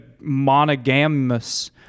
monogamous